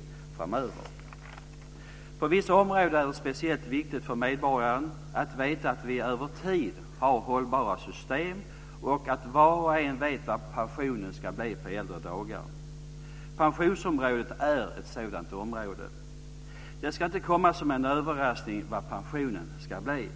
Pensionsområdet är ett av de områden där det är speciellt viktigt för medborgaren att veta att vi över tid har hållbara system så att var och en vet vad pensionen ska bli på äldre dagar. Det ska inte komma som en överraskning vad pensionen ska bli.